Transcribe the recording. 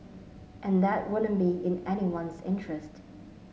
and that wouldn't be in anyone's interest